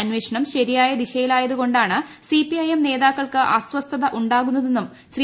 അന്വേഷണം ശരിയായ ദിശയിലായതു കൊണ്ടാണ് സിപിഐഎം നേതാക്കൾക്ക് അസ്വസ്ഥത ഉണ്ടാകുന്നതെന്നും ശ്രീ